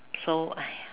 so !aiya!